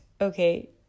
Okay